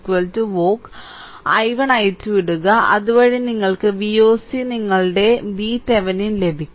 I1 i2 ഇടുക അതുവഴി നിങ്ങൾക്ക് Voc നിങ്ങളുടെ VThevenin ലഭിക്കും